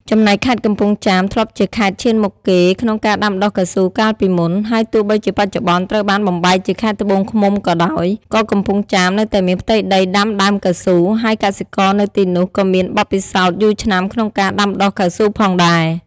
ចំណែកខេត្តកំពង់ចាមធ្លាប់ជាខេត្តឈានមុខគេក្នុងការដាំដុះកៅស៊ូកាលពីមុន បើទោះបីជាបច្ចុប្បន្នត្រូវបានបំបែកជាខេត្តត្បូងឃ្មុំក៏ដោយ ក៏កំពង់ចាមនៅតែមានផ្ទៃដីដាំដើមកៅស៊ូ ហើយកសិករនៅទីនោះក៏មានបទពិសោធន៍យូរឆ្នាំក្នុងការដាំដុះកៅស៊ូផងដែរ។